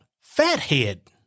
fathead